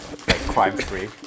crime-free